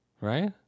Right